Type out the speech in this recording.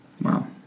Wow